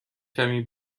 کمی